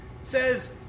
says